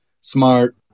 Smart